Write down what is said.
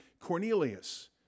Cornelius